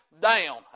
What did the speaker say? Down